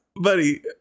buddy